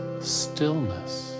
stillness